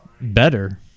better